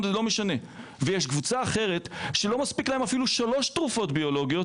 ויש קבוצה אחרת שלא מספיק להם אפילו 3 תרופות ביולוגיות